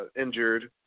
injured